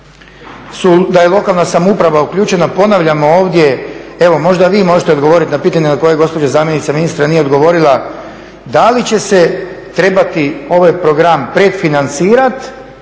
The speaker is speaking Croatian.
da je lokalna samouprava uključena, ponavljamo ovdje, evo možda vi možete odgovoriti na pitanje na koje gospođa zamjenica ministra nije odgovorila da li će se trebati ovaj program predfinancirati